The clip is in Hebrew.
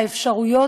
האפשרויות,